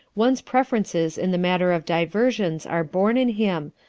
one's preferences in the matter of diversions are born in him,